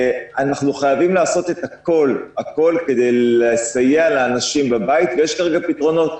אנחנו חייבים לעשות הכול כדי לסייע לאנשים בבית ויש כרגע פתרונות,